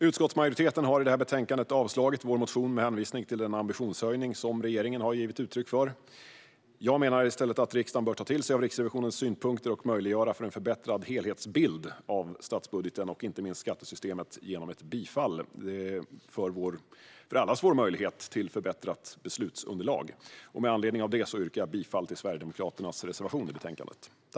Utskottsmajoriteten har i detta betänkande avslagit vår motion med hänvisning till den ambitionshöjning som regeringen har givit uttryck för. Jag menar i stället att riksdagen bör ta till sig av Riksrevisionens synpunkter och möjliggöra en förbättrad helhetsbild av statsbudgeten, och inte minst skattesystemet, genom ett bifall. Det handlar om allas vår möjlighet till ett förbättrat beslutsunderlag. Med anledning av detta yrkar jag bifall till Sverigedemokraternas reservation i betänkandet.